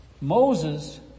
Moses